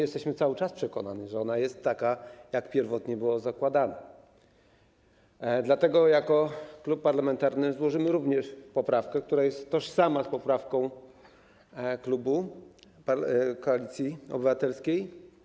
Jesteśmy przekonani, że ona jest taka, jak pierwotnie zakładano, dlatego jako klub parlamentarny złożymy poprawkę, która jest tożsama z poprawką klubu Koalicji Obywatelskiej.